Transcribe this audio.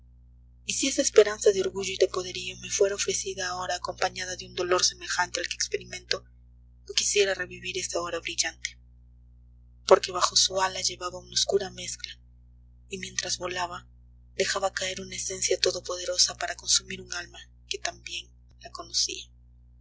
si esa esperanza de orgullo y de poderío me fuera ofrecida ahora acompañada de un dolor semejante al que experimento no quisiera revivir esa hora brillante porque bajo su ala llevaba una oscura mezcla y mientras volaba dejaba caer una esencia todopoderosa para consumir un alma que tan bien la conocía